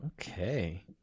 Okay